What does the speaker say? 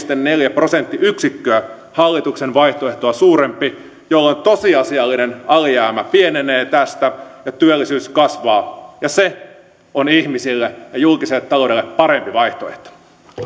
neljä prosenttiyksikköä hallituksen vaihtoehtoa suurempi jolloin tosiasiallinen alijäämä pienenee tästä ja työllisyys kasvaa se on ihmisille ja julkiselle taloudelle parempi vaihtoehto